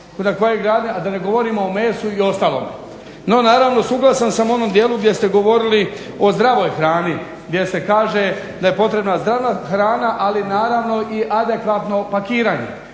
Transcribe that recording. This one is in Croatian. mlijeka, a da ne govorimo o mesu i ostalome. No naravno suglasan sam u onom dijelu gdje ste govorili o zdravoj hrani, gdje se kaže da je potrebna zdrava hrana ali naravno i adekvatno pakiranje.